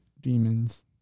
Demons